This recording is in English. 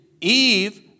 Eve